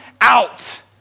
out